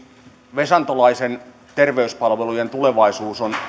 vesantolaisen terveyspalvelujen tulevaisuus on